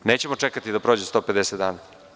Nećemo čekati da prođe 150 dana.